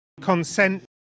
consent